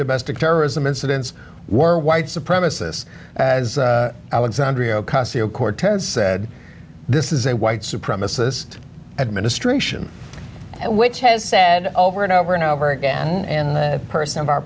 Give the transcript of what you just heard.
domestic terrorism incidents were white supremacists as alexandria ocasio cortez said this is a white supremacist administration which has said over and over and over again and the person of our